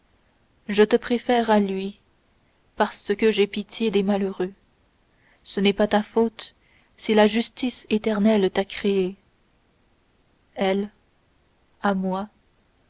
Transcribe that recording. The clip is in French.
je te préfère à lui parce que j'ai pitié des malheureux ce n'est pas ta faute si la justice éternelle t'a créée elle à moi